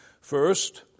First